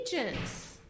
agents